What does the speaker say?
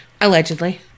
Allegedly